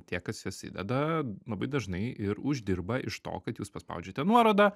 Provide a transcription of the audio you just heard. tie kas juos įdeda labai dažnai ir uždirba iš to kad jūs paspaudžiate nuorodą